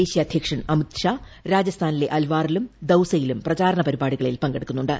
ദേശീയ അധ്യക്ഷൻ അമിത്ഷാ രാജസ്ഥാനിലെ ആൽവാറിലും ദൌസയിലും പ്രചാരണ പരിപാടികളിൽ പങ്കെടുക്കുന്നുണ്ട്